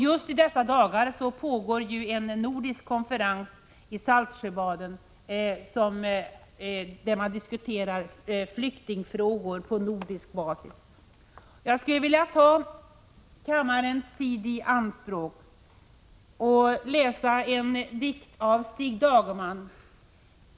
Just i dessa dagar pågår en nordisk konferens i Saltsjöbaden där man diskuterar flyktingfrågor på nordisk basis. Jag skulle vilja ta kammarens tid i anspråk för att läsa en dikt av Stig Dagerman.